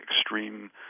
extreme